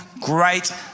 great